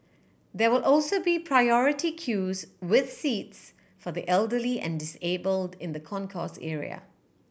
there will also be priority queues with seats for the elderly and disabled in the concourse area